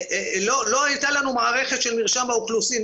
לא הייתה לנו מערכת של מרשם האוכלוסין.